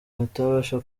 batabasha